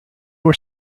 were